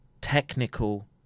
technical